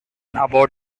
about